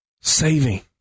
saving